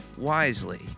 wisely